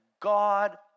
God